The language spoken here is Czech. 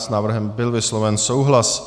S návrhem byl vysloven souhlas.